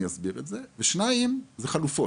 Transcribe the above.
אסביר את זה והדבר השני הוא חלופות.